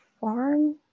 farm